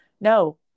no